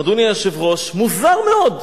אדוני היושב-ראש, מוזר מאוד,